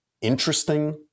interesting